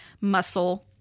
muscle